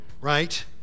right